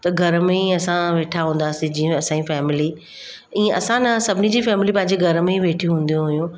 त घर में ई असां वेठा हूंदा हुआसीं जीअं असांजी फैमिली ई असां न सभिनी जी फैमिली पंहिंजे घर में ई वेठियूं हूंदियूं हुयूं